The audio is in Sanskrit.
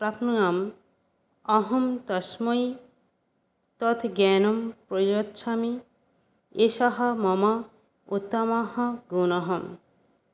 प्राप्नुयाम् अहं तस्मै तत् ज्ञानं प्रयच्छामि एषः मम उत्तमः गुणः